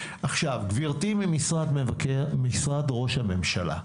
גברתי ממשרד ראש הממשלה,